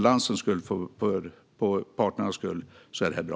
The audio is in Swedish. Men för balansens skull och för parternas skull är det här bra.